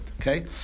okay